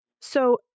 So-